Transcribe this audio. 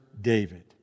David